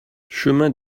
chemin